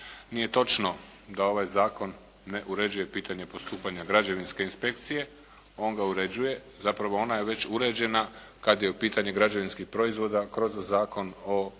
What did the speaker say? Nije točno da ovaj zakon ne uređuje pitanje postupanja građevinske inspekcije, on ga uređuje, zapravo ona je već uređena kada je u pitanju građevinski proizvoda kroz Zakon o prostornom